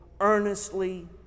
earnestly